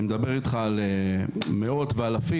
באיזה נפח ובאיזה גיל מותר להתחרות באיזו קטגוריה.